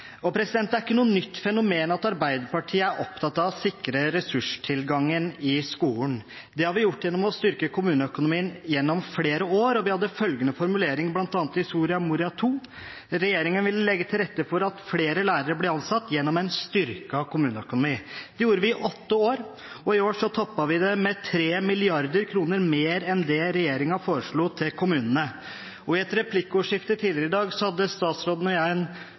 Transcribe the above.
utover det. Det er ikke noe nytt fenomen at Arbeiderpartiet er opptatt av å sikre ressurstilgangen i skolen. Det har vi gjort gjennom å styrke kommuneøkonomien gjennom flere år, og vi hadde bl.a. følgende formulering i Soria Moria II: «Regjeringen vil legge til rette for flere lærere gjennom styrket kommuneøkonomi.» Det gjorde vi i åtte år, og i år toppet vi det med 3 mrd. kr mer enn det regjeringen foreslo til kommunene. I et replikkordskifte tidligere i dag hadde statsråden og jeg